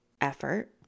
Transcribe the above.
effort